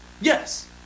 yes